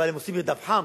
אבל הם עושים מרדף חם,